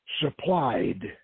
supplied